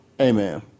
Amen